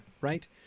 right